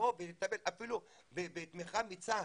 תבוא ותגיד לממשלה: